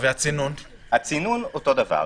הצינון אותו דבר.